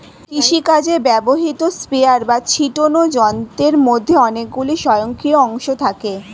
কৃষিকাজে ব্যবহৃত স্প্রেয়ার বা ছিটোনো যন্ত্রের মধ্যে অনেকগুলি স্বয়ংক্রিয় অংশ থাকে